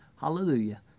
Hallelujah